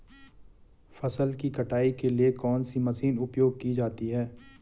फसल की कटाई के लिए कौन सी मशीन उपयोग की जाती है?